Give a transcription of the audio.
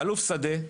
ב"האלוף שדה",